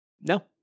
No